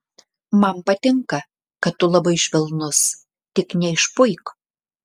man patinka kad tu labai švelnus tik neišpuik